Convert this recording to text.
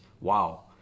Wow